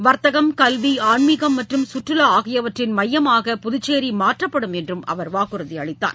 வர்த்தகம் கல்வி ஆன்மீகம் மற்றும் கற்றுவா ஆகியவற்றின் மையமாக புதுச்சேரி மாற்றப்படும் என்றும் அவர் வாக்குறுதி அளித்தார்